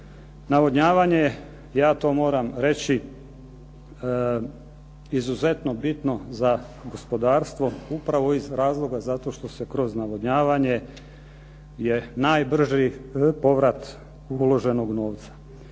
moram reći, izuzetno bitno za gospodarstvo upravo iz razloga što kroz navodnjavanje je najbrži povrat uloženog novca.